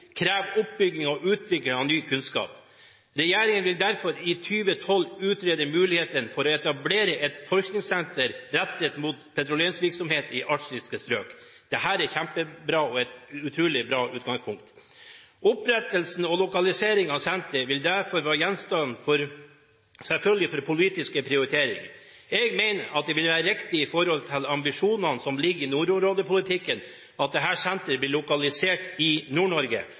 oppbygging og utvikling av ny kunnskap. Regjeringen vil derfor i 2012 utrede mulighetene for å etablere et forskningssenter rettet mot petroleumsvirksomhet i arktiske områder.» Dette er kjempebra og et utrolig bra utgangspunkt. Opprettelsen og lokalisering av senteret vil selvfølgelig være gjenstand for politiske prioriteringer. Jeg mener at det vil være riktig i forhold til ambisjonene som ligger i nordområdepolitikken, at dette senteret blir lokalisert i